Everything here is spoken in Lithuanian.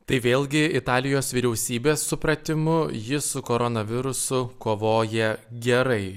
tai vėlgi italijos vyriausybės supratimu ji su koronavirusu kovoja gerai